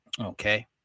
Okay